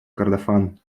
кордофан